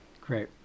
Great